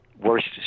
worst